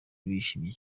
bishimye